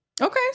Okay